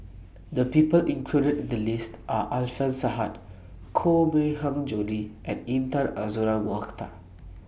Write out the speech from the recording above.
The People included in The list Are Alfian Sa'at Koh Mui Hiang Julie and Intan Azura Mokhtar